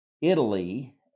Italy